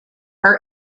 her